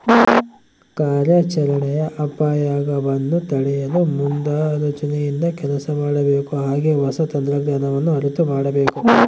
ಕಾರ್ಯಾಚರಣೆಯ ಅಪಾಯಗವನ್ನು ತಡೆಯಲು ಮುಂದಾಲೋಚನೆಯಿಂದ ಕೆಲಸ ಮಾಡಬೇಕು ಹಾಗೆ ಹೊಸ ತಂತ್ರಜ್ಞಾನವನ್ನು ಅರಿತು ಮಾಡಬೇಕು